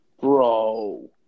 Bro